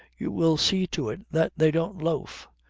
you will see to it that they don't loaf.